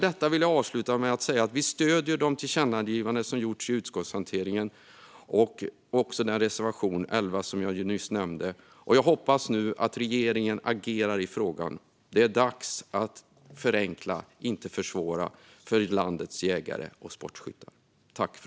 Jag vill avsluta med att säga att vi stöder de tillkännagivanden som har gjorts i utskottshanteringen och också reservation 11 som jag nyss nämnde. Jag hoppas nu att regeringen agerar i frågan. Det är dags att förenkla, inte försvåra, för landets jägare och sportskyttar.